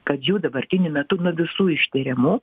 kad jau dabartiniu metu nuo visų ištiriamų